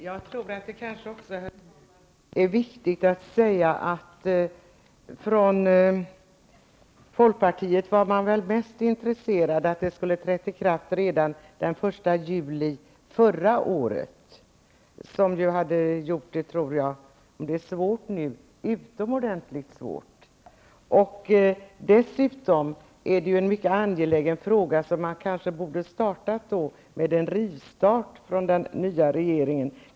Herr talman! Det kan vara viktigt att nämna att folkpartiet ansåg att detta skulle ha trätt i kraft redan den 1 juli förra året. Det hade varit utomordentligt svårt. Dessutom är detta en angelägen fråga som kanske borde ha föranlett en rivstart från den nya regeringen.